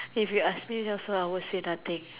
if you ask me also I will say nothing